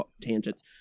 tangents